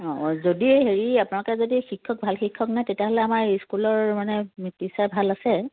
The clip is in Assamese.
অ যদি হেৰি আপোনালোকে যদি শিক্ষক ভাল শিক্ষক নাই তেতিয়াহ'লে আমাৰ স্কুলৰ মানে টিচাৰ ভাল আছে